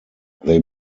they